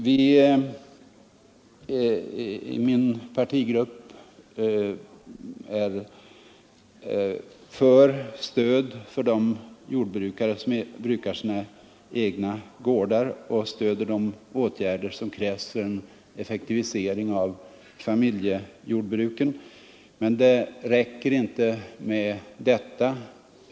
Min partigrupp är för stöd till de jordbrukare som brukar sina egna gårdar. Vi stöder de åtgärder som krävs för en effektivisering av familjejordbruket. Men det räcker inte.